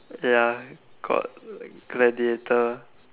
ya got gladiator